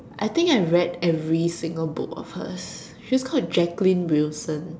I think I read every single book of hers she's called Jacqueline Wilson